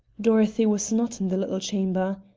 dorothy was not in the little chamber.